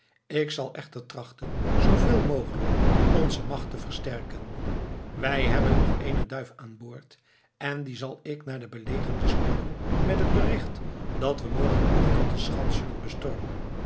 ik zal echter trachten zooveel mogelijk onze macht te versterken wij hebben nog ééne duif aanboord en die zal ik naar de belegerden sturen met het bericht dat we morgen ochtend de schans zullen bestormen